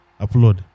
upload